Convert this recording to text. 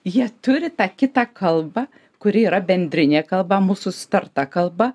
jie turi tą kitą kalbą kuri yra bendrinė kalba mūsų sutarta kalba